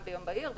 כרעם ביום בהיר,